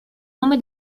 nome